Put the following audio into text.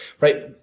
right